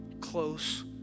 close